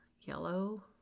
yellow